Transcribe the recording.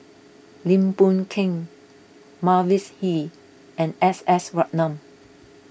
Lim Boon Keng Mavis Hee and S S Ratnam